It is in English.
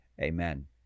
Amen